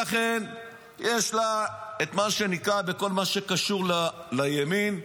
יש לה את מה שנקרא בכל מה שקשור לימין,